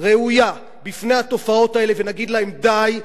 ראויה בפני התופעות האלה ונגיד: די,